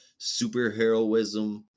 superheroism